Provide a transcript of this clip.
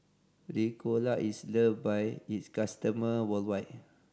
Ricola is loved by its customer worldwide